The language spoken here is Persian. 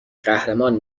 قهرمان